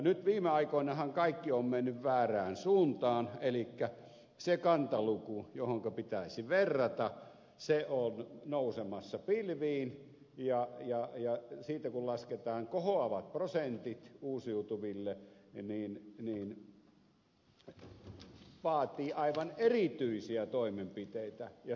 nyt viime aikoinahan kaikki on mennyt väärään suuntaan elikkä se kantaluku johonka pitäisi verrata on nousemassa pilviin ja siitä kun lasketaan kohoavat prosentit uusiutuville niin se vaatii aivan erityisiä toimenpiteitä ja suunnitelmallisia toimenpiteitä